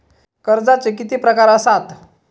कर्जाचे किती प्रकार असात?